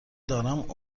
دارم